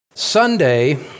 Sunday